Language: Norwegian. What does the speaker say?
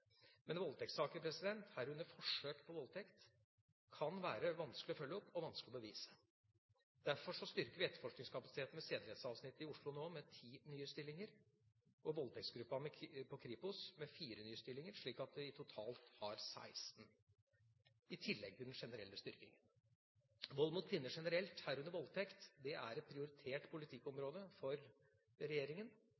Voldtektssaker, herunder forsøk på voldtekt, kan være vanskelig å følge opp og vanskelig å bevise. Derfor styrker vi nå etterforskningskapasiteten ved sedelighetsavsnittet i Oslo med ti nye stillinger og voldtektsgruppa ved Kripos med fire nye stillinger, slik at de totalt har 16, i tillegg til den generelle styrkingen. Vold mot kvinner generelt, herunder voldtekt, er et prioritert